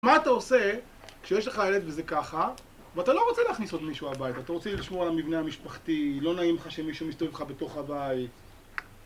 מה אתה עושה, כשיש לך ילד וזה ככה, ואתה לא רוצה להכניס עוד מישהו הביתה, אתה רוצה לשמור על המבנה המשפחתי, לא נעים לך שמישהו מסתובב לך בתוך הבית...